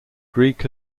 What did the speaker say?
greek